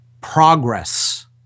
progress